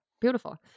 Beautiful